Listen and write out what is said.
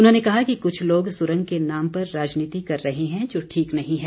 उन्होंने कहा कि कुछ लोग सुरंग के नाम पर राजनीति कर रहे हैं जो ठीक नहीं है